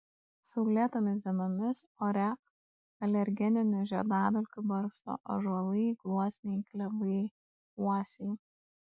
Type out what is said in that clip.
saulėtomis dienomis ore alergeninių žiedadulkių barsto ąžuolai gluosniai klevai uosiai